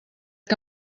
que